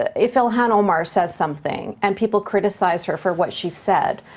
if ilhan omar says something and people criticize her for what she said,